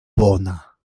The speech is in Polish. bona